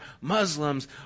Muslims